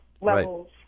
levels